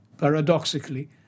Paradoxically